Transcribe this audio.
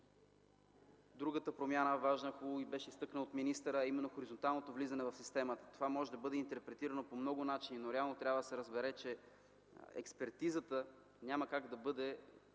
Другата важна промяна, която беше изтъкната от министъра, а именно хоризонталното влизане в системата. Това може да бъде интерпретирано по много начини, но реално трябва да се разбере, че експертизата поради